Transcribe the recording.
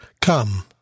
Come